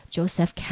Joseph